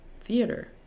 theater